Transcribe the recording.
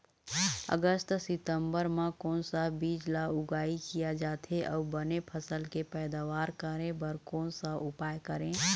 अगस्त सितंबर म कोन सा बीज ला उगाई किया जाथे, अऊ बने फसल के पैदावर करें बर कोन सा उपाय करें?